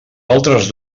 altres